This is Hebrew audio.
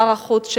שר החוץ,